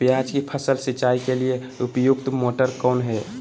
प्याज की फसल सिंचाई के लिए उपयुक्त मोटर कौन है?